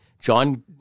John